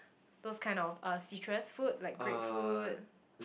those kind of uh citrus fruit like grapefruit